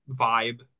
vibe